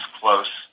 close